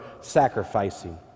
sacrificing